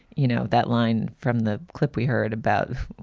you know, that line from the clip we heard about,